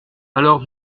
alors